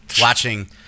watching